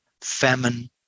Famine